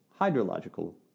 hydrological